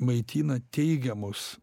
maitina teigiamus